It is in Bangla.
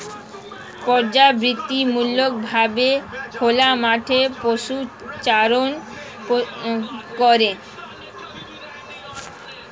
পর্যাবৃত্তিমূলক ভাবে খোলা মাঠে পশুচারণ করে